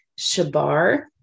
shabar